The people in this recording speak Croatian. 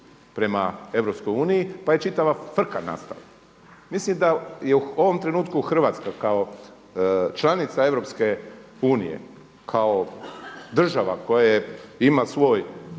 prema EU pa je čitava frka nastala. Mislim da je u ovom trenutku Hrvatska kao članica EU, kao država koja ima svoj